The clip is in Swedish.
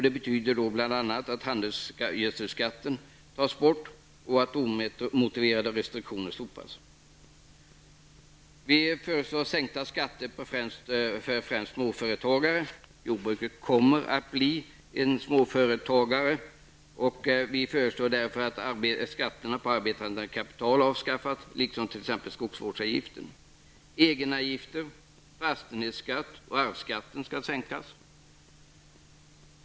Det betyder bl.a. att handelsgödselskatten bör avskaffas och att omotiverade restriktioner slopas. Vi föreslår sänkta skatter för främst småföretagare. Jordbruket kommer att bli en bransch för småföretagare, och vi föreslår därför att skatterna på arbetande kapital avskaffas liksom t.ex. skogsvårdsavgiften. Egenavgifterna, fastighetsskatten och arvsskatten bör sänkas.